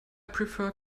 prefer